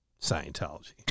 Scientology